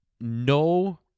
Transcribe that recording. No